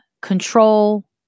control